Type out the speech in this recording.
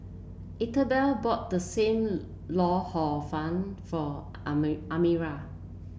Ethelbert bought Sam Lau Hor Fun for Amira